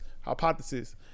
Hypothesis